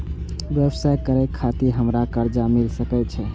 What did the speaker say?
व्यवसाय करे खातिर हमरा कर्जा मिल सके छे?